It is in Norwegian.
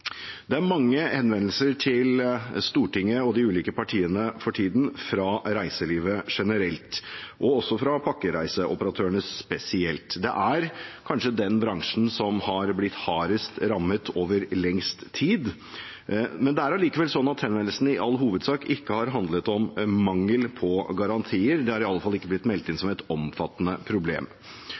Det er for tiden mange henvendelser til Stortinget og de ulike partiene fra reiselivet generelt og fra pakkereiseoperatørene spesielt. Det er kanskje den bransjen som har blitt hardest rammet over lengst tid. Det er allikevel slik at henvendelsene i all hovedsak ikke har handlet om mangel på garantier. Det har i alle fall ikke blitt meldt inn som et omfattende problem.